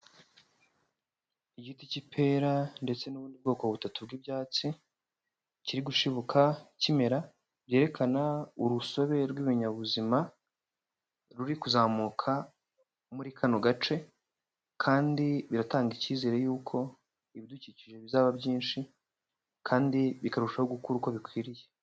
Igiti k'ipera ndetse n'ubundi bwoko butatu bw'ibyatsi, kiri gushibuka kimera, byerekana urusobe rw'ibinyabuzima ruri kuzamuka muri kano gace kandi biratanga ikizere yuko ibidukikije bizaba byinshi kandi bikarushaho gukura uko bikwiriye.